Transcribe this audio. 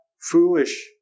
foolish